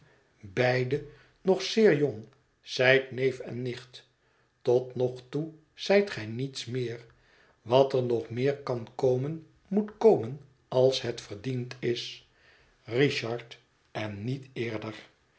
beide nog zeer jong zijt neef en nicht tot nog toe zijt gij niets meer wat er nog meer kan komen moet komen als het verdiend is richard en niet eerder